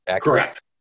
correct